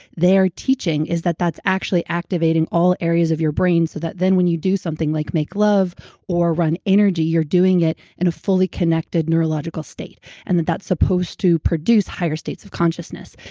their teaching is that that's actually activating all areas of your brain so that then when you do something like make love or run energy, you're doing it in a fully connected neurological state and that that's supposed to produce higher states of consciousness.